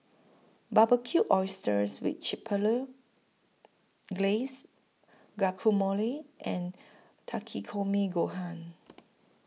Barbecued Oysters with Chipotle Glaze Guacamole and Takikomi Gohan